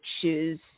choose